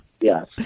Yes